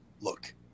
look